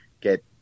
get